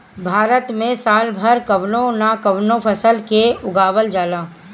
भारत में साल भर कवनो न कवनो फसल के उगावल जाला